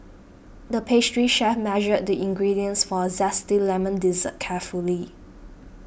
the pastry chef measured the ingredients for a Zesty Lemon Dessert carefully